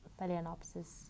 Phalaenopsis